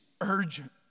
urgent